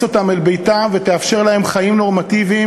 אותם אל ביתה ותאפשר להם חיים נורמטיביים